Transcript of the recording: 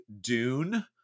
dune